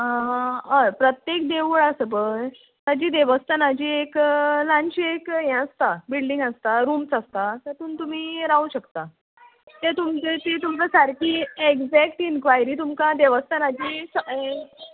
आं हा हय प्रत्येक देवूळ आसा पय ताजी देवस्थानाची एक ल्हानशी एक हें आसता बिल्डींग आसता रुम्स आसता तातूंत तुमी रावंक शकता तें तुमचें तीं तुमकां सारकी एग्जॅक्ट इन्क्वायरी तुमकां देवस्थानाची स